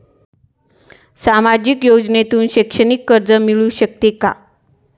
सामाजिक योजनेतून शैक्षणिक कर्ज मिळू शकते का?